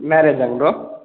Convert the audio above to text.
மேரேஜாங்க bro